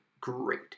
great